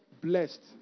blessed